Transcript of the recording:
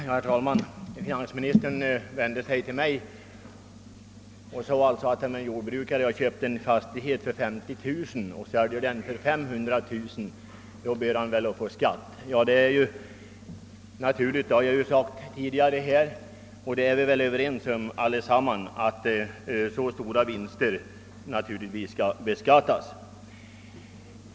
Herr talman! Finansministern vände sig till mig och sade att en jordbrukare, som köpt en fastighet för 50 000 kronor och sedan säljer den för 500 000 kronor, bör bli beskattad för detta. Ja, jag har också tidigare framhållit — vilket vi väl alla är överens om — att så stora vinster naturligtvis skall beskattas.